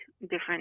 different